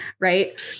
Right